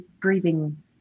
breathing